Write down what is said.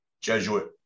Jesuit